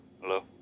Hello